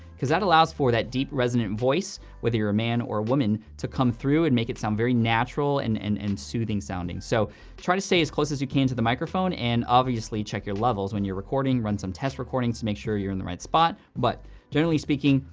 cause that allows for that deep, resonant voice, whether you're a man or a woman, to come through and make it sound very natural and and and soothing sounding. so try to stay as close as you can to the microphone, and obviously check your levels when you're recording. run some test recordings to make sure you're in the right spot, but generally speaking,